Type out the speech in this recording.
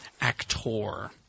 actor